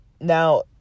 Now